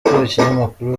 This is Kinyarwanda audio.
ikinyamakuru